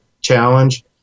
challenge